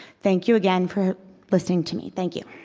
thank you again for listening to me, thank you.